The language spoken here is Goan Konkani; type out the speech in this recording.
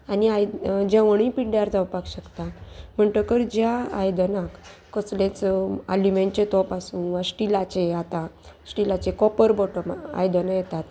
आनी आयद जेवणूय पिंड्यार जावपाक शकता म्हणटकर ज्या आयदनांक कसलेच आल्युमिनचे तोप आसूं वा स्टिलाचे आतां स्टिलाचे कॉपर बोटम आयदनां येतात